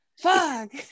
Fuck